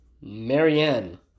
Marianne